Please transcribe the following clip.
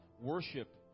worship